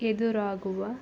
ಎದುರಾಗುವ